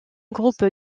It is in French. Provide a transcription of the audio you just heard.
groupe